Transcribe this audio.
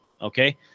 Okay